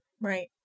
Right